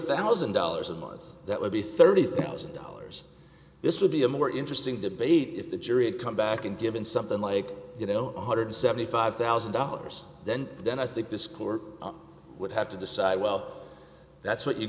thousand dollars a month that would be thirty thousand dollars this would be a more interesting debate if the jury had come back and given something like you know one hundred seventy five thousand dollars then then i think this court would have to decide well that's what you